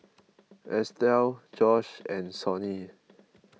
Estell Josh and Sonny